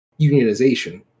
unionization